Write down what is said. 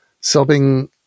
sobbing